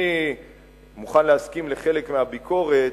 אני מוכן להסכים לחלק מהביקורת,